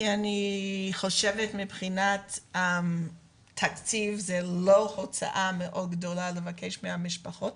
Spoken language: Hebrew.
כי אני חושבת שמבחינת התקציב זו לא הוצאה מאוד גדולה לבקש מהמשפחות.